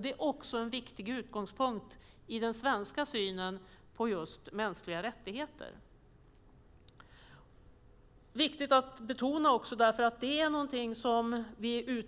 Det är också en viktig utgångspunkt i den svenska synen på mänskliga rättigheter. Det är viktigt att betona eftersom det är något som vi